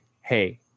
Hey